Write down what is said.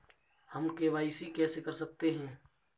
हम के.वाई.सी कैसे कर सकते हैं?